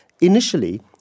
initially